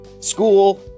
school